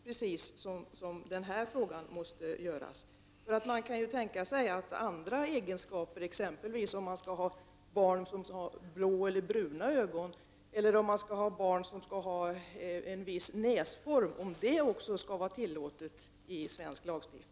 Frågan är om det enligt svensk lagstiftning också skall vara tillåtet att välja andra egenskaper, exempelvis om barnet skall ha blå eller bruna ögon eller om barnet skall ha en viss näsform.